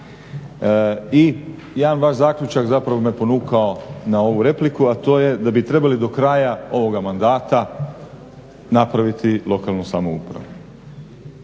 i jedan vaš zaključak zapravo me ponukao na ovu repliku, a to je da bi trebali do ovoga mandata napraviti lokalnu samoupravu.